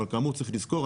אבל כאמור צריך לזכור,